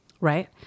right